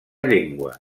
llengua